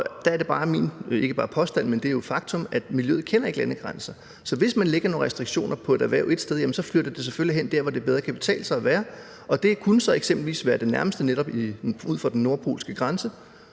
Der er det jo ikke bare min påstand, men et faktum, at miljøet ikke kender landegrænser. Så hvis man lægger nogle restriktioner på et erhverv ét sted, flytter det selvfølgelig derhen, hvor det bedre kan betale sig at være, og det kunne så eksempelvis være ud for den nordpolske grænse.